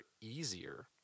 easier